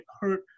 hurt